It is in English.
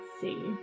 see